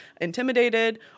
intimidated